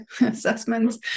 assessments